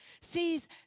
sees